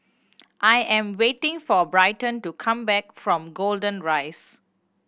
I am waiting for Bryton to come back from Golden Rise